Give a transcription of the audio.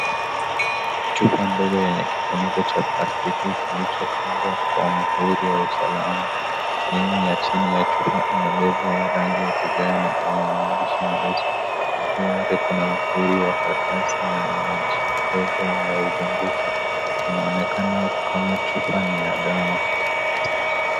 Chupa ndogo ya kifuniko cha plastiki kilichofungwa kwa kwa muhuri ya usalama. Sehemu ya chini ya picha ina lebo ya rangi ya kijani yenye maandishi meusi na juu yake kuna muhuri wa karatasi wenye maandishi madog yanayozunguka. Inaonekana kama chupa ni ya dawa.